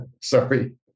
sorry